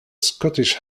scottish